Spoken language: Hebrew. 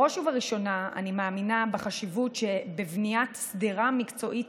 בראש ובראשונה אני מאמינה בחשיבות שבבניית שדרה מקצועית